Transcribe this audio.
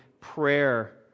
prayer